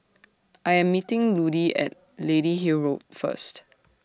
I Am meeting Ludie At Lady Hill Road First